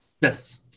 Yes